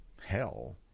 hell